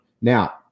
Now